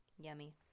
Yummy